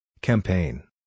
Campaign